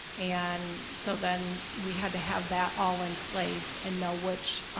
and so, then, we had to have that all in place and know which